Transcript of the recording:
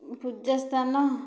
ପୂଜା ସ୍ଥାନ